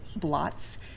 Blots